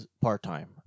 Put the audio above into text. part-time